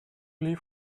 liv